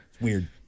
Weird